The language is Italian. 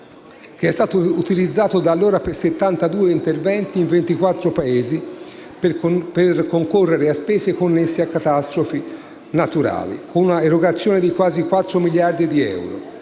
e da allora utilizzato per 72 interventi in 24 Paesi per concorrere alle spese connesse a catastrofi naturali, con un'erogazione totale di quasi 4 miliardi di euro.